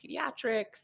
pediatrics